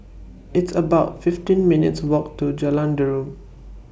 It's about fifteen minutes' Walk to Jalan Derum